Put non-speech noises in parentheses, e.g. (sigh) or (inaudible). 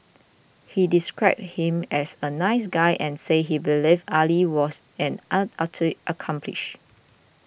he described him as a nice guy and said he believed Ali was an (unintelligible) accomplice